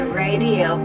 radio